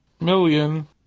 Million